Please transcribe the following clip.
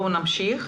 נמשיך.